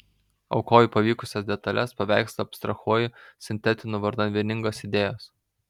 aukoju pavykusias detales paveikslą abstrahuoju sintetinu vardan vieningos idėjos